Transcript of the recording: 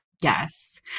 Yes